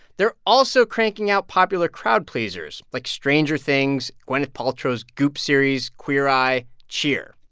they're also cranking out popular crowd-pleasers like stranger things, gwyneth paltrow's goop series, queer eye, cheer.